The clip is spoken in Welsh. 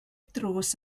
drws